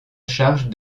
charge